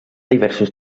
diversos